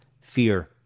fear